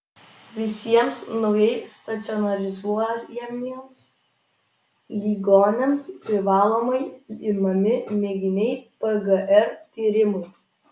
visiems naujai stacionarizuojamiems ligoniams privalomai imami mėginiai pgr tyrimui